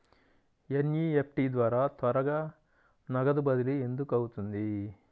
NEFT ద్వారా త్వరగా నగదు బదిలీ ఎందుకు అవుతుంది?